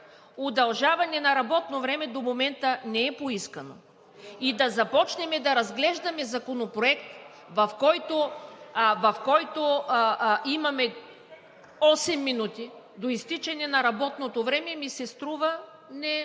Удължаване на работното време до момента не е поискано и да започнем да разглеждаме Законопроекта, в който имаме осем минути до изтичане на работното време, ми се струва не